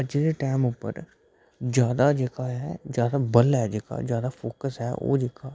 अज्जै दै टैम पर जादै जेह्का ऐ जानै बन्नै पर फोक्स जादै ऐ